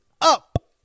Up